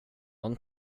han